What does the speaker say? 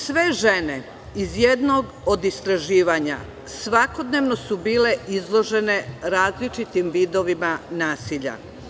Sve žene iz jednog od istraživanja svakodnevno su bile izložene različitim vidovima nasilja.